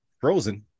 frozen